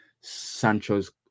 Sancho's